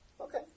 Okay